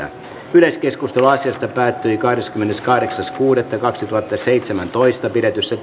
yleiskeskustelu asiasta päättyi kahdeskymmeneskahdeksas kuudetta kaksituhattaseitsemäntoista pidetyssä